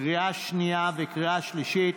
לקריאה שנייה וקריאה שלישית.